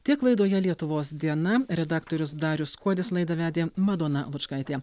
tiek laidoje lietuvos diena redaktorius darius kuodis laidą vedė madona lučkaitė